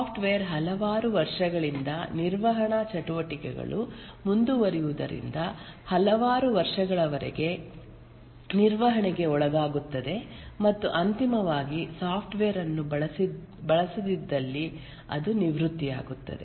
software ಹಲವಾರು ವರ್ಷಗಳಿಂದ ನಿರ್ವಹಣಾ ಚಟುವಟಿಕೆಗಳು ಮುಂದುವರಿಯುವುದರಿಂದ ಹಲವಾರು ವರ್ಷಗಳವರೆಗೆ ನಿರ್ವಹಣೆಗೆ ಒಳಗಾಗುತ್ತದೆ ಮತ್ತು ಅಂತಿಮವಾಗಿ ಸಾಫ್ಟ್ವೇರ್ ಅನ್ನು ಬಳಸದಿದ್ದಲ್ಲಿ ಅದು ನಿವೃತ್ತಿಯಾಗುತ್ತದೆ